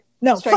no